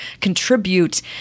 contribute